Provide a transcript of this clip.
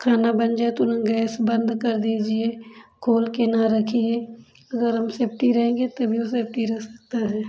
खाना बन जाए तुरंत गैस बंद कर दीजिए खोल के ना रखिए अगर हम सेफ्टी रहेंगे तभी वो सेफ्टी रख सकता है